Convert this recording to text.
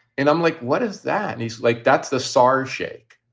and i'm like, what is that? and he's like, that's the saar's shake.